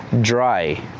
dry